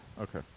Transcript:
Okay